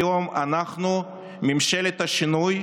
היום, אנחנו, ממשלת השינוי,